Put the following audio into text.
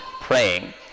praying